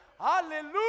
Hallelujah